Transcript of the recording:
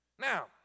Now